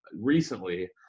recently